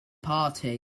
party